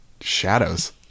shadows